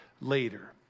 later